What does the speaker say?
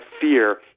fear